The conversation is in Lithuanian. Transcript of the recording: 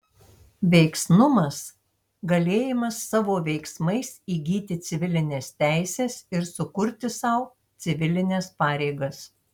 veiksnumas galėjimas savo veiksmais įgyti civilines teises ir sukurti sau civilines pareigas